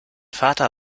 vater